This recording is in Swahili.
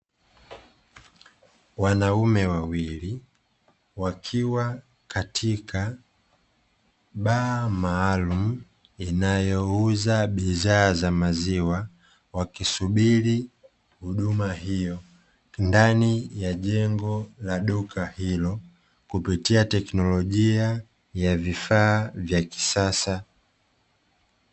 Wanaume wawili wakiwa katika baa maalumu inayouza bidhaa za maziwa, wakisubiri huduma hiyo ndani ya jengo la duka hilo kupitia tekinolojia ya vifaa vya kisasa.